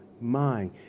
mind